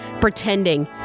pretending